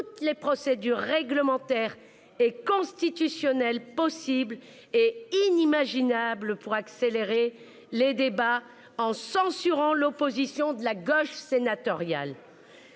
toutes les procédures réglementaires et constitutionnel possibles et inimaginables pour accélérer les débats en censurant l'opposition de la gauche sénatoriale.